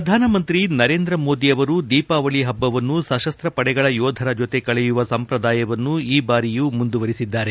ಪ್ರಧಾನಮಂತ್ರಿ ನರೇಂದ್ರ ಮೋದಿ ಅವರು ಇಂದು ದೀಪಾವಳಿ ಹಬ್ಬವನ್ನು ಸಶಸ್ತ್ರ ಪಡೆಗಳ ಯೋಧರ ಜೊತೆ ಕಳೆಯುವ ಸಂಪ್ರದಾಯವನ್ನು ಈ ಬಾರಿಯೂ ಮುಂದುವರೆಸಿದರು